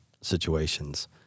situations